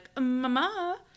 mama